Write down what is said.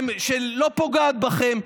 שלא פוגעת בכם,